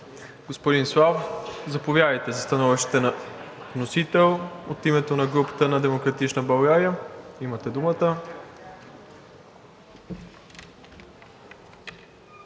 Господин Славов, заповядайте за становище на вносител от името на групата на „Демократична България“. Имате думата.